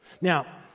Now